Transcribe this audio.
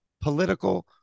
political